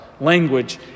language